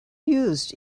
used